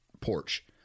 porch